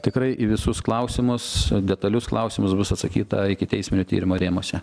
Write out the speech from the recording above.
tikrai į visus klausimus detalius klausimus bus atsakyta ikiteisminio tyrimo rėmuose